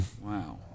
Wow